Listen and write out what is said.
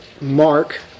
Mark